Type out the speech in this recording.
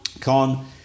Con